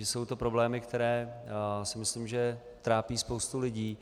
Jsou to problémy, které myslím trápí spoustu lidí.